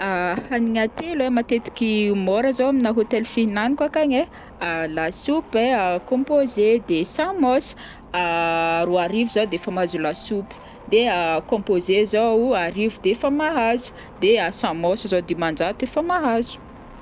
hanigna telo ai matetiky mora zao amina hôtel fihinanako akagn ai, lasopy ai, composé, de samosa, roa arivo zao de efa mahazo lasopy, de composé zao o arivo d'efa mahazo, de samosa zao dimanjato efa mahazo.